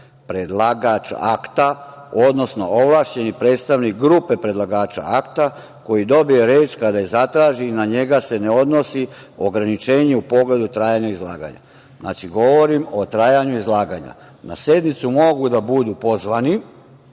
predlagač akta, odnosno ovlašćeni predstavnik grupe predlagača akta koji dobije reč kada je zatraži i na njega se ne odnosi ograničenje u pogledu trajanja izlaganja. Znači, govorim o trajanju izlaganja. Na sednicu mogu da budu pozvani,